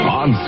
on